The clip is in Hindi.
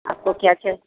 आपको क्या चा